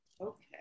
Okay